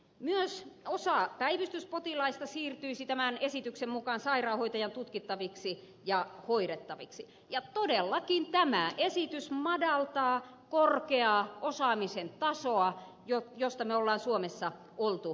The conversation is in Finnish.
myös osa päivystyspotilaista siirtyisi tämän esityksen mukaan sairaanhoitajan tutkittavaksi ja hoidettavaksi ja todellakin tämä esitys madaltaa korkeaa osaamisen tasoa josta me olemme suomessa olleet ylpeitä